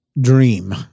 dream